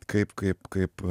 kaip kaip kaip